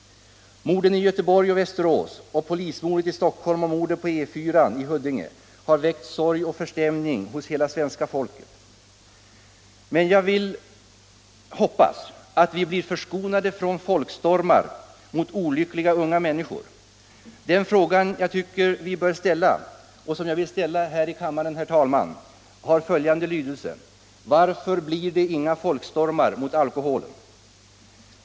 Morden i Göteborg och Västerås, polismordet i Stockholm och mordet på E 4:an i Huddinge har väckt sorg och förstämning hos hela svenska folket. Men jag hoppas att vi blir förskonade från folkstormar mot olyckliga unga människor. Den fråga som jag tycker att vi bör ställa och som jag vill framföra här i kammaren, herr talman, har följande lydelse: Varför blir det inga folkstormar mot alkoholen?